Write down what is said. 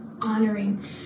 honoring